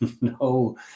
no